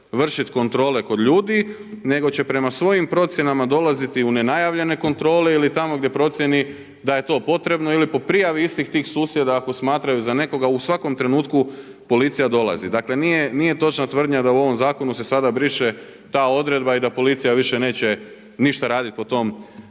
vršiti kontrole kod ljudi, nego će prema svojim procjenama dolaziti u nenajavljene kontrole ili tamo gdje procijeni da je to potrebno ili po prijavi istih tih susjeda ako smatraju za nekoga u svakom trenutku policija dolazi. Dakle, nije točna tvrdnja da u ovom zakonu se sada briše ta odredba i da policija više neće ništa raditi po tom